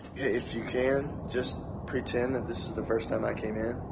if you can, just pretend that this is the first time i came in.